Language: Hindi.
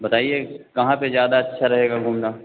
बताईये कहाँ पर ज़्यादा अच्छा रहेगा घूमना